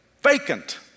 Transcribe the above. vacant